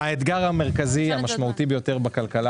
האתגר המרכזי והמשמעותי ביותר בכלכלה